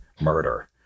murder